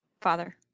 father